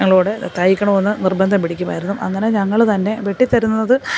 ഞങ്ങളോട് തയ്ക്കണമെന്ന് നിർബന്ധം പിടിക്കുമായിരുന്നു അങ്ങനെ ഞങ്ങൾ തന്നെ വെട്ടി തരുന്നത്